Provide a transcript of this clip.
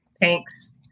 Thanks